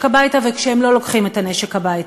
הביתה וכשהם לא לוקחים את הנשק הביתה.